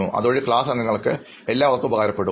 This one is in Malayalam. അതുവഴി ക്ലാസ് അംഗങ്ങൾക്ക് എല്ലാവർക്കും ഉപകാരപ്പെടും